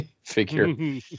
figure